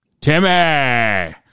Timmy